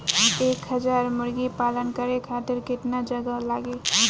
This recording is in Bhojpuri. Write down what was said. एक हज़ार मुर्गी पालन करे खातिर केतना जगह लागी?